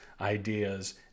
ideas